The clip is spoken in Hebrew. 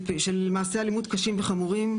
של מעשי אלימות קשים וחמורים,